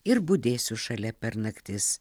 ir budėsiu šalia per naktis